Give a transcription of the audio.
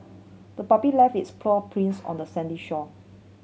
the puppy left its paw prints on the sandy shore